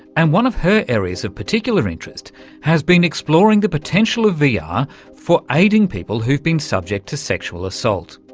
and one of her areas of particular interest has been exploring the potential of vr yeah ah for aiding people who've been subject to sexual assault.